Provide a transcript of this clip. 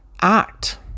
act